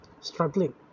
struggling